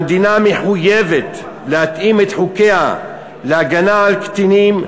המדינה מחויבת להתאים את חוקיה להגנה על קטינים,